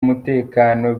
umutekano